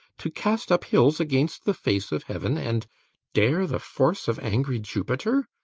to cast up hills against the face of heaven, and dare the force of angry jupiter?